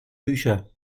bücher